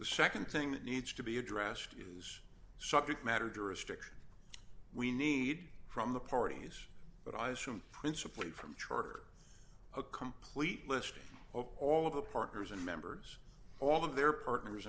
the nd thing that needs to be addressed use subject matter jurisdiction we need from the parties but i assume principally from charter a complete listing of all of the partners and members all of their partners